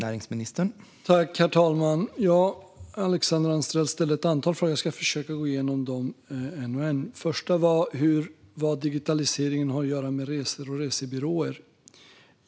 Herr talman! Alexandra Anstrell ställde ett antal frågor. Jag ska försöka gå igenom dem en och en. Den första var vad digitaliseringen har att göra med resor och resebyråer.